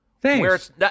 Thanks